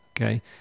okay